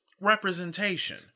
representation